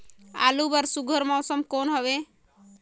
आलू बर सुघ्घर मौसम कौन हवे?